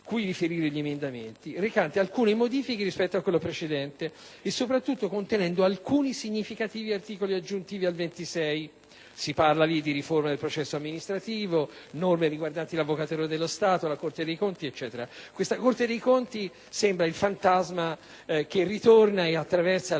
cui riferire gli emendamenti, recante alcune modifiche rispetto a quello precedente e soprattutto contenente alcuni significativi articoli aggiuntivi all'articolo 26: si parla di riforma del processo amministrativo, di norme riguardanti l'Avvocatura dello Stato, la Corte dei conti e così via. La Corte dei conti sembra il fantasma che ritorna e attraversa